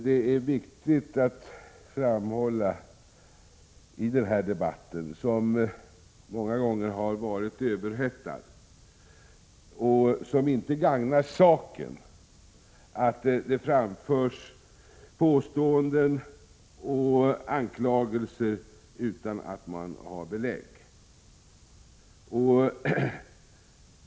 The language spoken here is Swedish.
Det är viktigt att framhålla i denna debatt, som många gånger har varit överhettad, vilket inte gagnar saken, att det framförs påståenden och anklagelser utan att man har belägg för dem.